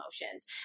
emotions